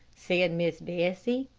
said miss bessie.